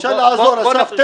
אפשר לעזור, אסף.